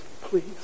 Please